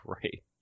great